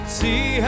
see